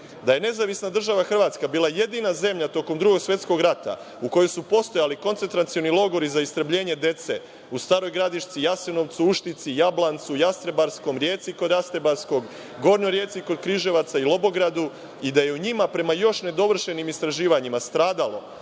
da je Nezavisna država Hrvatska bila jedina zemlja tokom Drugog svetskog rata u kojoj su postojali koncentracioni logori za istrebljenje dece u Staroj Gradišci, Jasenovcu, Uštici, Jablancu, Jastrebarskom, Rijeci kod Jastrebarskog, Gornjoj Rijeci kod Križevaca i Lobogradu i da je u njima, prema još nedovršenim istraživanjima, stradalo,